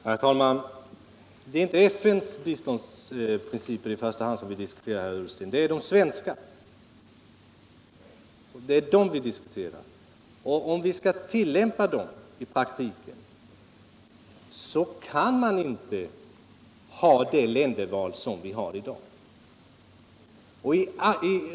Herr talman! Det är inte FN:s biståndsprinciper som vi i första hand diskuterar, herr Ullsten, det är de svenska. Om vi skall tillämpa dem i praktiken kan man inte ha det länderval vi har i dag.